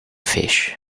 fish